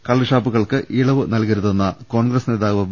കള്ളു ഷാപ്പുകൾക്ക് ഇളവ് നൽകരുതെന്ന കോൺഗ്രസ് നേതാവ് വി